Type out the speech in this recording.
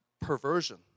perversion